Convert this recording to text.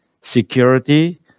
security